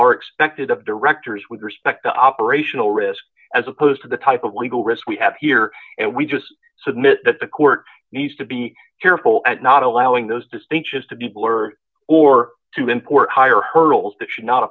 are expected of directors with respect to operational risk as opposed to the type of legal risk we have here and we just submit that the court needs to be careful at not allowing those distinctions to be blurred or to import higher hurdles that should not